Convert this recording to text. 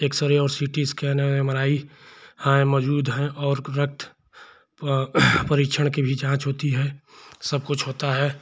x ray और C T scan हैं M R I हैं मौजूद हैं और रक्त परीक्षण की भी जाँच होती है सबकुछ होता है